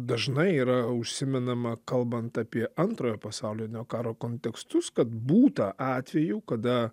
dažnai yra užsimenama kalbant apie antrojo pasaulinio karo kontekstus kad būta atvejų kada